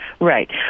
Right